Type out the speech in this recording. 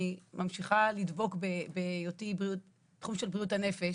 אני ממשיכה לדבוק בהיותי בתחום של בריאות הנפש.